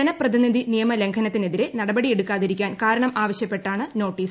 ജനപ്രാധിനിത്യ നിയമലംഘനത്തിനെതിരെ നടപടിയെടുക്കാതിരിക്കാൻ കാരണം ആവശ്യപ്പെട്ടാണ് നോട്ടീസ്